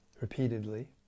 repeatedly